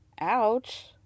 ouch